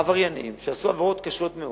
עבריינים, שעשו עבירות קשות מאוד,